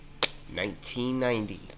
1990